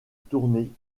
tournée